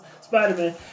Spider-Man